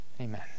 Amen